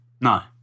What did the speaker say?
No